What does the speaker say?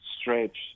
stretch